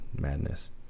madness